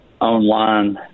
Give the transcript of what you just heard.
online